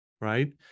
Right